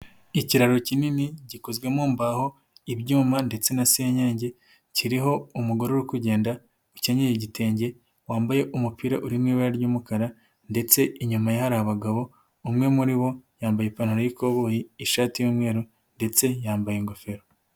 Ikiraro kinini gikozwemo mbaho, ibyuma ndetse na senyenge. Kiriho umugore uri kugenda ukenyeye igitenge, wambaye umupira urimo ibara ry'umukara ndetse inyuma ye hari abagabo, umwe muri bo yambaye ipantaro y'ikoboyi, ishati y'umweru ndetse yambaye ingofero.